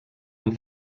amb